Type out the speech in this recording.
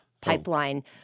pipeline